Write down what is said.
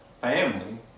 family